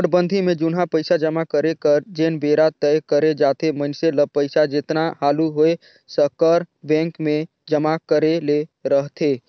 नोटबंदी में जुनहा पइसा जमा करे कर जेन बेरा तय करे जाथे मइनसे ल पइसा जेतना हालु होए सकर बेंक में जमा करे ले रहथे